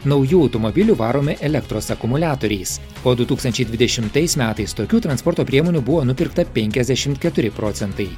naujų automobilių varomi elektros akumuliatoriais o du tūkstančiai dvidešimtais metais tokių transporto priemonių buvo nupirkta penkiasdešim keturi procentai